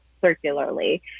circularly